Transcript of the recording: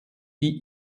die